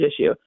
issue